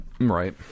Right